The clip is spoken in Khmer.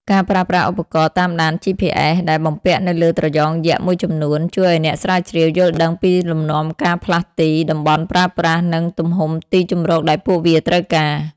ការប្រើប្រាស់ឧបករណ៍តាមដាន GPS ដែលបំពាក់នៅលើត្រយងយក្សមួយចំនួន ជួយឲ្យអ្នកស្រាវជ្រាវយល់ដឹងពីលំនាំការផ្លាស់ទី តំបន់ប្រើប្រាស់ និងទំហំទីជម្រកដែលពួកវាត្រូវការ។